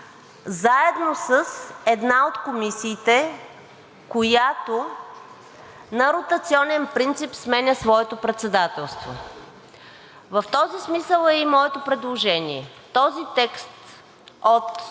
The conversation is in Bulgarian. заедно с една от комисиите, която на ротационен принцип сменя своето председателство. В този смисъл е и моето предложение. Този текст от